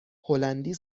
هلندی